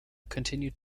continued